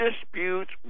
disputes